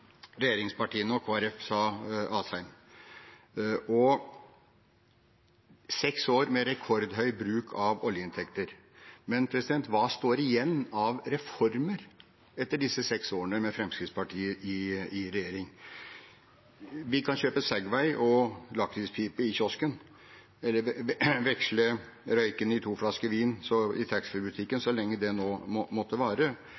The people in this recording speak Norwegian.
regjeringspartiene og Kristelig Folkeparti, sa Asheim – seks år med rekordhøy bruk av oljeinntekter. Men hva står igjen av reformer etter de seks årene med Fremskrittspartiet i regjering? Vi kan kjøre Segway, og vi kan kjøpe lakrispipe i kiosken eller veksle sigaretter i to flasker vin i taxfree-butikken – så